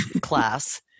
class